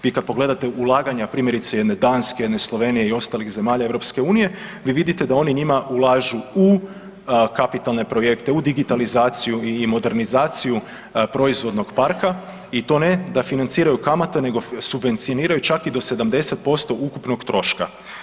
Vi kad pogledate ulaganja primjerice jedne Danske, jedne Slovenije i ostalih zemalja EU, vi vidite da oni njima ulažu u kapitalne projekte, u digitalizaciju i modernizaciju proizvodnog parka i to ne da financiraju kamate nego subvencioniraju čak i do 70% ukupnog troška.